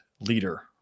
leader